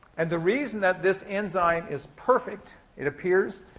and the reason that this enzyme is perfect, it appears,